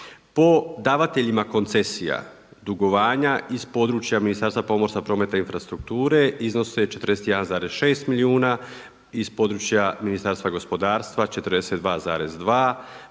Po davateljima koncesija, dugovanja iz područja Ministarstva pomorstva, prometa i infrastrukture iznose 41,6 milijuna, iz područja Ministarstva gospodarstva 42,2,